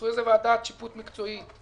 תעשו איזו ועדת שיפוט מקצועית,